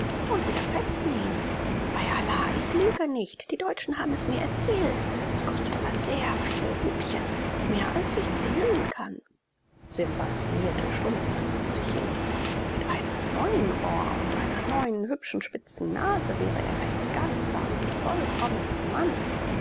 und wieder festnähen bei allah ich lüge nicht die deutschen haben es mir erzählt es kostet aber sehr viele rupien mehr als ich zählen kann simba sinnierte stundenlang vor sich hin mit einem neuen ohr und einer neuen hübsch spitzen nase wäre er ein ganzer und vollkommener mann